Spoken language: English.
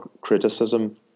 criticism